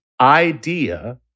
idea